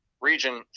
region